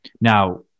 Now